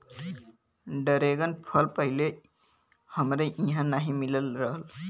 dragon फल पहिले हमरे इहाँ नाही मिलत रहल